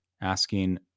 asking